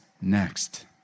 next